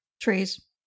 Trees